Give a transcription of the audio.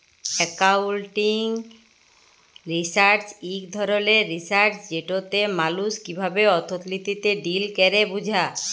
accounting research ইক ধরলের research যেটতে মালুস কিভাবে অথ্থলিতিতে ডিল ক্যরে বুঝা